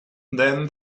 then